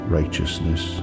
righteousness